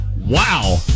Wow